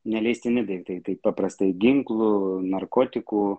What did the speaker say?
neleistini daiktai kaip paprastai ginklų narkotikų